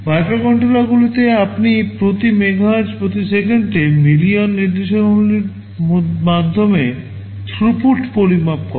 মাইক্রোকন্ট্রোলারগুলিতে আপনি প্রতি মেগাহের্টজ প্রতি সেকেন্ডে মিলিয়ন নির্দেশাবলীর মাধ্যমে থ্রুপুট পরিমাপ করেন